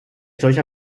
solcher